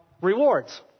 rewards